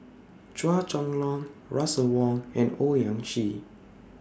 Chua Chong Long Russel Wong and Owyang Chi